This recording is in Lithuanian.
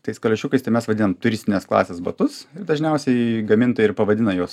tais kaliošiukais tai mes vadinam turistinės klasės batus ir dažniausiai gamintojai ir pavadina juos